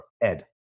Ed